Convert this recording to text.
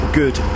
good